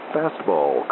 fastball